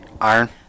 Iron